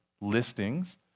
listings